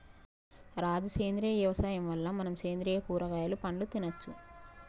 రాజు సేంద్రియ యవసాయం వల్ల మనం సేంద్రియ కూరగాయలు పండ్లు తినచ్చు